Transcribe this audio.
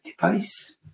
device